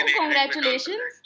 congratulations